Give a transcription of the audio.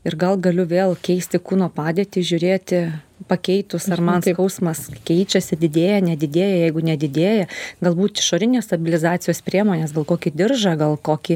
ir gal galiu vėl keisti kūno padėtį žiūrėti pakeitus ar man skausmas keičiasi didėja nedidėja jeigu nedidėja galbūt išorinės stabilizacijos priemones gal kokį diržą gal kokį